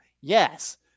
yes